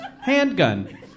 Handgun